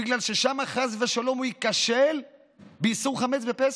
בגלל ששם חס ושלום הוא ייכשל באיסור חמץ בפסח?